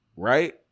Right